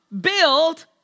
build